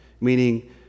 meaning